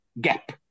gap